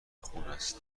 خونست